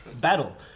battle